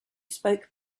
spoke